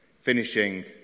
finishing